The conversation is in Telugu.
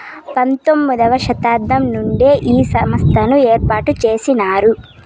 పంతొమ్మిది వ శతాబ్దం నుండే ఈ సంస్థను ఏర్పాటు చేసినారు